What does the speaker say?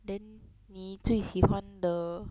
then 你最喜欢的